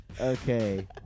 Okay